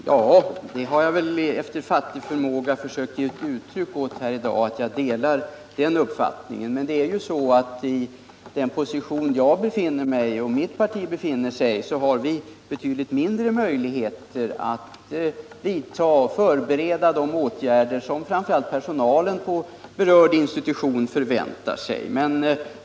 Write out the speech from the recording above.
Herr talman! Ja, jag har efter fattig förmåga försökt ge uttryck för att jag delar den uppfattningen. I den position som jag och mitt parti befinner oss i har vi betydligt mindre möjligheter än regeringen att förbereda och vidtaga de åtgärder som framför allt personalen på berörd institution förväntar sig.